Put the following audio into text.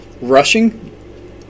rushing